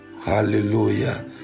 Hallelujah